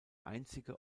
einzige